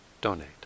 donate